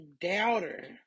doubter